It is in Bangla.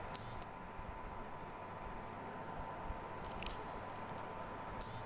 ধরুন আপনি কিছু টাকা জমা করবেন কিভাবে?